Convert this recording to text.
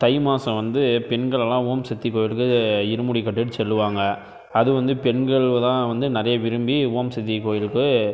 தை மாதம் வந்து பெண்கள் எல்லாம் ஓம் சக்தி கோயிலுக்கு இருமுடி கட்டிகிட்டு செல்வாங்க அது வந்து பெண்கள் தான் வந்து நிறைய விரும்பி ஓம் சக்தி கோயிலுக்கு